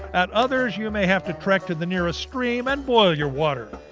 at others you may have to trek to the nearest stream and boil your water.